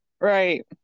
right